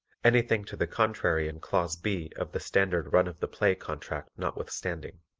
anything to the contrary in clause b of the standard run of the play contract notwithstanding.